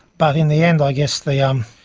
but in the end i guess the. um